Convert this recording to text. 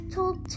Told